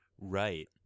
Right